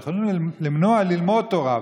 יכולים למנוע ללמוד תורה,